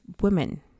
women